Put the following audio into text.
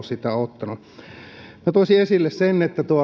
sitä ottanut minä toisin esille sen että